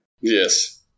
yes